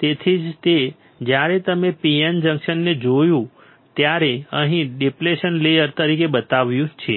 તેથી જ તે છે જ્યારે તમે PN જંકશનને જોયું હોય ત્યારે અહીં ડેપ્લેશન લેયર તરીકે બતાવ્યું છે